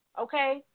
okay